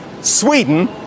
Sweden